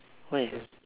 why